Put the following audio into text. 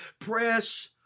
Press